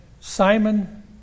Simon